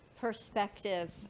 perspective